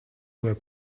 were